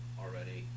already